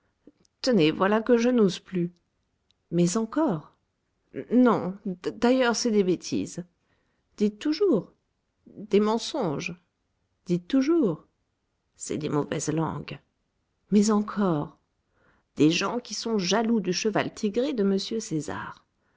tenez voilà que je n'ose plus mais encore non d'ailleurs c'est des bêtises dites toujours des mensonges dites toujours c'est des mauvaises langues mais encore des gens qui sont jaloux du cheval tigré de m césar